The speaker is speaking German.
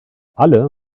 alle